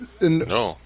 No